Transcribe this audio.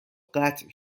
قطع